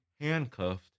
handcuffed